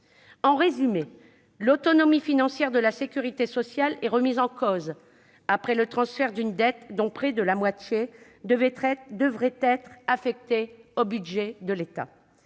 En résumé, l'autonomie financière de la sécurité sociale est remise en cause après le transfert d'une dette dont près de la moitié devrait être affectée au budget de l'État.